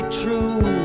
true